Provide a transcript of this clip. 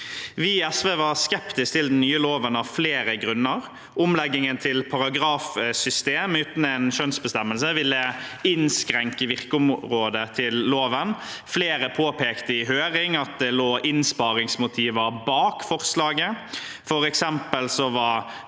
Vi i SV var skeptiske til den nye loven av flere grunner. Omleggingen til paragrafsystem uten en skjønnsbestemmelse ville innskrenke virkeområdet til loven. Flere påpekte i høringen at det lå innsparingsmotiver bak forslaget. For eksempel var